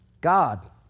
God